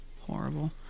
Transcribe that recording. Horrible